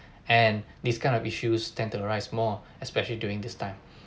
and these kind of issues tend to the rise more especially during this time